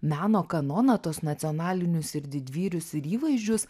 meno kanoną tuos nacionalinius ir didvyrius ir įvaizdžius